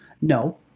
No